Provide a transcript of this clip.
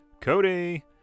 Cody